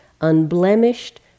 unblemished